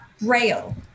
braille